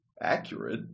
accurate